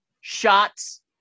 shots